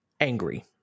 angry